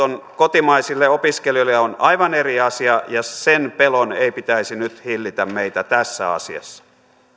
kotimaisille opiskelijoille ovat aivan eri asia ja sen pelon ei pitäisi nyt hillitä meitä tässä asiassa